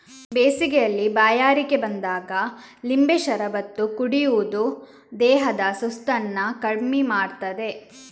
ಬೇಸಿಗೆಯಲ್ಲಿ ಬಾಯಾರಿಕೆ ಬಂದಾಗ ಲಿಂಬೆ ಶರಬತ್ತು ಕುಡಿಯುದು ದೇಹದ ಸುಸ್ತನ್ನ ಕಮ್ಮಿ ಮಾಡ್ತದೆ